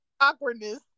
awkwardness